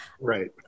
Right